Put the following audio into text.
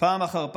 פעם אחר פעם,